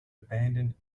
abandoned